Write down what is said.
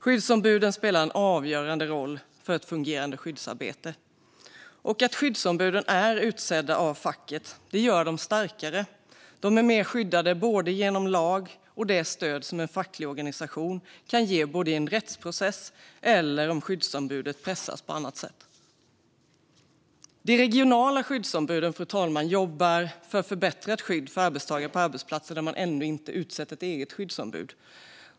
Skyddsombuden spelar en avgörande roll för ett fungerande skyddsarbete. Att skyddsombuden är utsedda av facket gör dem starkare. De är mer skyddade både genom lag och genom det stöd som en facklig organisation kan ge i en rättsprocess eller om skyddsombudet pressas på annat sätt. De regionala skyddsombuden, fru talman, jobbar för förbättrat skydd för arbetstagare på arbetsplatser där man ännu inte utsett ett eget skyddsombud.